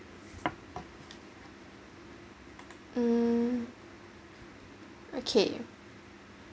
mm okay